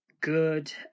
good